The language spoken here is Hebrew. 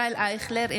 אינו נוכח ישראל אייכלר,